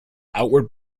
outward